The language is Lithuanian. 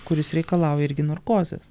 kuris reikalauja irgi narkozės